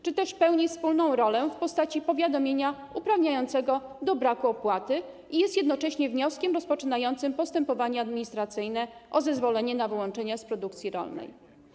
Czy też pełni wspólną rolę w postaci powiadomienia uprawniającego do braku opłaty i jest jednocześnie wnioskiem rozpoczynającym postępowanie administracyjne o zezwolenie na wyłączenie z produkcji rolnej?